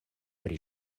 pri